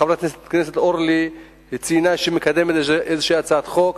חברת הכנסת אורלי ציינה שהיא מקדמת איזו הצעת חוק.